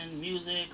music